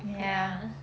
ya